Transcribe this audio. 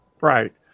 Right